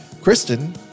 Kristen